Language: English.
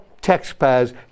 taxpayers